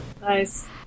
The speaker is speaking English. Nice